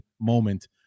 moment